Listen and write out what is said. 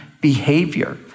behavior